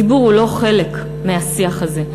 הציבור הוא לא חלק מהשיח הזה.